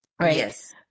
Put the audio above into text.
Yes